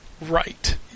right